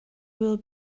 will